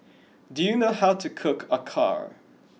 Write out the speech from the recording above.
do you know how to cook acar